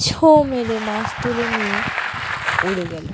ছোঁ মেরে মাছ তুলে নিয়ে উড়ে গেল